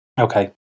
okay